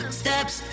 steps